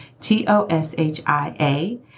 T-O-S-H-I-A